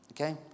Okay